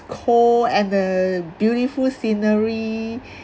cold and the beautiful scenery